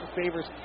Favors